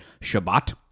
shabbat